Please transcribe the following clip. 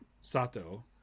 Sato